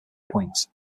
points